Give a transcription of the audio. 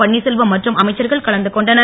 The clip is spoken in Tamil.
பன்வீர்செல்வம் மற்றும் அமைச்சர்கள் கலந்து கொண்டனர்